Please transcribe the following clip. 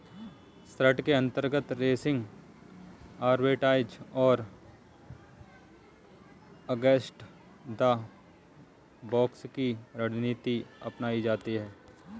short के अंतर्गत racing arbitrage और अगेंस्ट द बॉक्स की रणनीति अपनाई जाती है